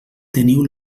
teniu